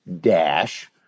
dash